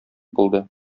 булды